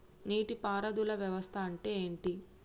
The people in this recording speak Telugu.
నీటి పారుదల వ్యవస్థ అంటే ఏంటి?